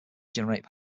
generate